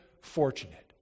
fortunate